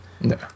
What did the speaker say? No